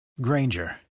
Granger